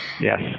Yes